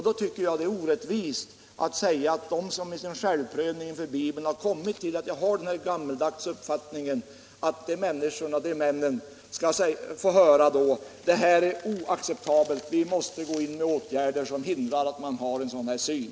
Då tycker jag att det är orättvist att de, som i sin självprövning inför Bibeln har förblivit vid den gam maldags uppfattningen att prästämbetet är förbehållet männen, skall få höra att det är oacceptabelt och att det fordras åtgärder för att hindra att någon har en sådan syn.